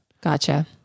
Gotcha